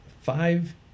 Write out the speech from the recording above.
five